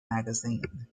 magazine